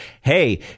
Hey